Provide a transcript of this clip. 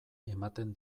ematen